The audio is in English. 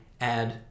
add